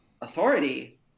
authority